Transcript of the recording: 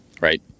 right